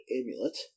amulet